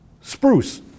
spruce